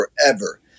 forever